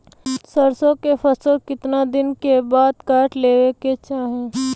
सरसो के फसल कितना दिन के बाद काट लेवे के चाही?